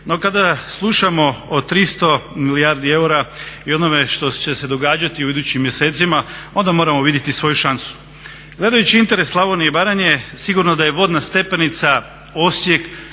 No kada slušamo o 300 milijardi eura i onome što će se događati u idućim mjesecima onda moramo vidjeti svoju šansu. Gledajući interes Slavonije i Baranje, sigurno da je vodna stepenica Osijek,